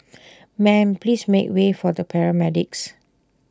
ma'am please make way for the paramedics